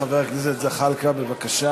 חבר הכנסת זחאלקה, בבקשה